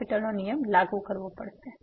L'Hospital's નો નિયમ લાગુ કરવો પડશે